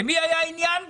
למי היה עניין בזה?